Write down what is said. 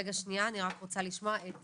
רגע שנייה, אני רק רוצה לשמוע את